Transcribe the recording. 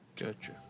gotcha